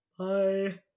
bye